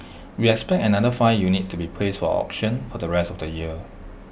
we expect another five units to be placed for auction for the rest of the year